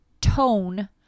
tone